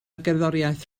gerddoriaeth